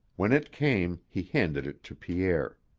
when it came, he handed it to pierre.